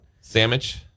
Sandwich